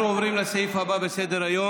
אנחנו עוברים לסעיף הבא בסדר-היום,